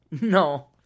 no